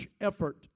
effort